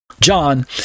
John